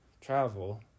travel